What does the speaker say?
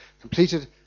completed